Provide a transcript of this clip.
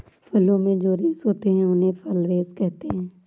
फलों में जो रेशे होते हैं उन्हें फल रेशे कहते है